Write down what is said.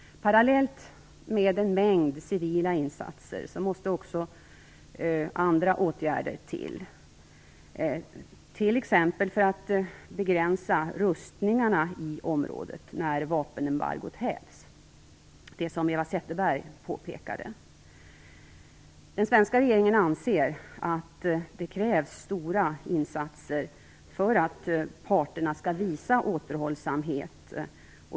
Parallellt med en mängd civila insatser måste också andra åtgärder till, t.ex. för att begränsa rustningarna i området när vapenembargot hävs. Eva Zetterberg påpekade detta. Den svenska regeringen anser att det krävs stora insatser för att parterna skall visa återhållsamhet.